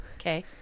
Okay